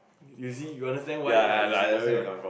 you see you understand why like you should never